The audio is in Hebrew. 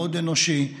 מאוד אנושי,